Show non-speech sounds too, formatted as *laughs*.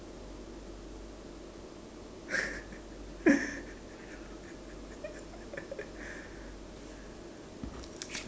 *laughs*